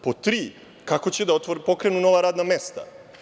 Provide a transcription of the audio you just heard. Pod tri – kako će da pokrenu nova radna mesta?